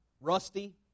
rusty